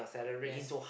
yes